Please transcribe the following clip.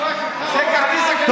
זה כרטיס לממשלה גזענית.